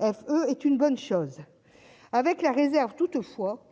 F. E est une bonne chose, avec la réserve toutefois